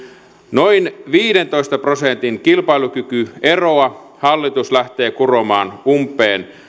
noin viidentoista prosentin kilpailukykyeroa hallitus lähtee kuromaan umpeen